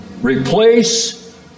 Replace